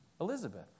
Elizabeth